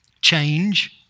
Change